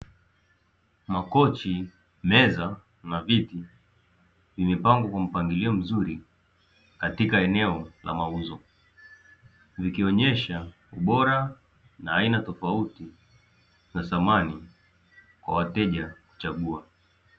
Makochi, meza na viti vimepangwa kwa mpangilio mzuri katika eneo la mauzo, vikionyesha ubora na aina tofauti za samani kwa wateja kuchagua.